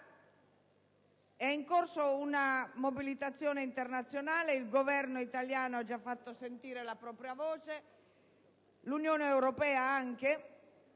È in corso una mobilitazione internazionale; il Governo italiano ha già fatto sentire la propria voce, come anche